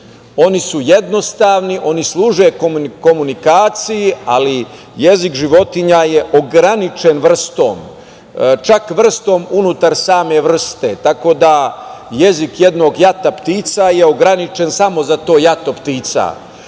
Oni su jednostavni i oni služe komunikaciji, ali jezik životinja je ograničen vrstom, čak vrstom unutar same vrste, tako da jezik jednog jata ptica je ograničen samo za to jato ptica